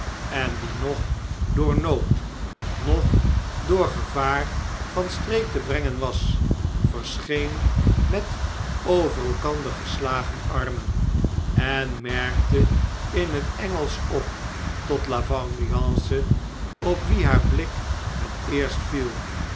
en die noch door nood noch door gevaar van streek te brengen was verscheen met over elkander geslagen armen en merkte in het engelsch op tot la vengeance op wie haar blik het eerst viel